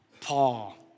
Paul